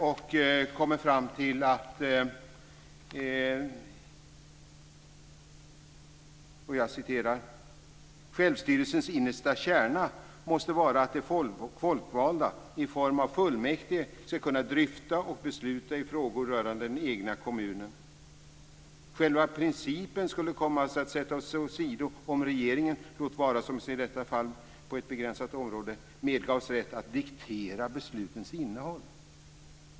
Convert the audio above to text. Man har bl.a. kommit fram till följande: "Den kommunala självstyrelsens innersta kärna måste vara att de folkvalda i form av fullmäktige skall kunna dryfta och besluta i frågor rörande den egna kommunen. Själva principen skulle komma att sättas åsido om regeringen - låt vara såsom i detta fall på ett begränsat område - medgavs rätt att diktera beslutens innehåll."